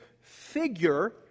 figure